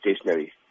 stationary